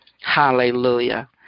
Hallelujah